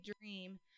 dream